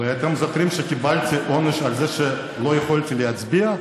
אתם זוכרים שקיבלתי עונש על זה שלא יכולתי להצביע.